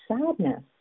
sadness